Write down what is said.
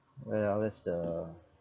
ya that's the